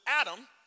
Adam